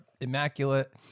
immaculate